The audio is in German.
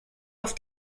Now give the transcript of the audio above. auf